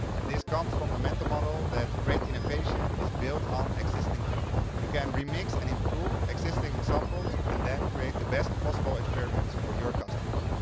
and this comes from the mental model that great innovation is built on um existing ideas. you can remix and improve existing examples and then create the best possible experience for your customers.